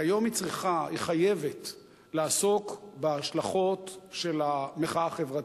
והיום היא חייבת לעסוק בהשלכות של המחאה החברתית.